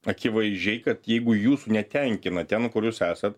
akivaizdžiai kad jeigu jūsų netenkina ten kur jūs esat